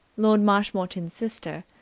lord marshmoreton's sister,